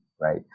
right